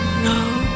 No